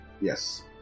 yes